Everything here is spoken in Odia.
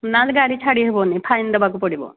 ନହେଲେ ଗାଡ଼ି ଛାଡ଼ି ହେବନି ଫାଇନ୍ ଦେବାକୁ ପଡ଼ିବ